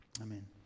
Amen